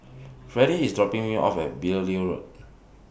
Freddy IS dropping Me off At Beaulieu Road